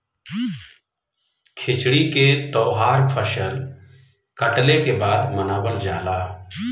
खिचड़ी के तौहार फसल कटले के बाद मनावल जाला